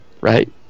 Right